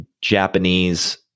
Japanese